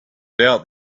doubt